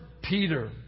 Peter